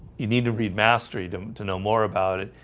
you need to read mastery them to know more about it,